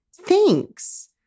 thanks